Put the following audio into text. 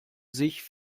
sich